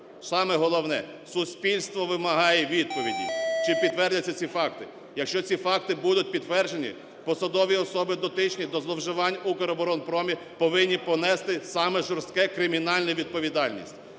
Саме головне, суспільство вимагає відповіді, чи підтвердяться ці факти. Якщо ці факти будуть підтверджені, посадові особи, дотичні до зловживань в "Укроборонпромі", повинні понести саму жорстку кримінальну відповідальність.